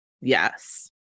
Yes